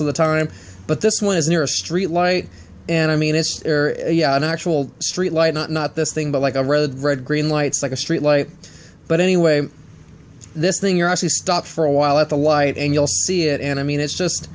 of the time but this one is near a street light and i mean it's an actual street light not not this thing but like a red red green lights like a street light but anyway this thing you're actually stop for a while at the light and you'll see it and i mean it's just